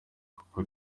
kuko